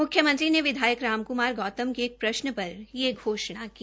म्ख्यमंत्री ने विधायक राम क्मार गौतम के एक प्रश्न पर यह घोषणा की